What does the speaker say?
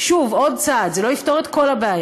שוב, זה עוד צעד, זה לא יפתור את כל הבעיה.